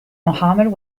mohammad